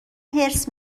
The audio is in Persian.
حرص